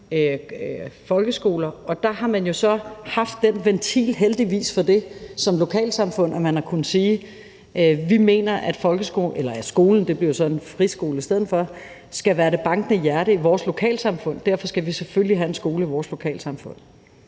folkeskoler. Og der har man jo så som lokalsamfund haft den ventil – og heldigvis for det – at man har kunnet sige, at vi mener, at skolen, og det blev jo så en friskole i stedet for, skal være det bankende hjerte i vores lokalsamfund. Derfor skal vi selvfølgelig have en skole i vores lokalsamfund.